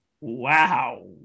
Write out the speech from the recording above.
Wow